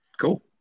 cool